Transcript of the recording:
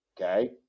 okay